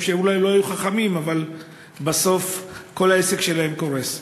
שאולי לא היו חכמים אבל בסוף כל העסק שלהם קורס.